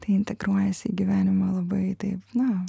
tai integruojasi į gyvenimą labai taip na